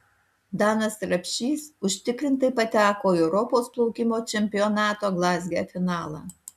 danas rapšys užtikrintai pateko į europos plaukimo čempionato glazge finalą